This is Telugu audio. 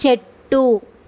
చెట్టు